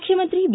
ಮುಖ್ಯಮಂತ್ರಿ ಬಿ